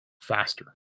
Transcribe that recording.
faster